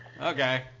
Okay